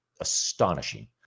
astonishing